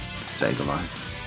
stabilize